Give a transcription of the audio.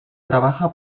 trabaja